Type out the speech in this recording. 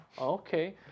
Okay